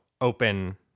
open